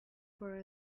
for